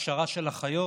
בהכשרה של אחיות,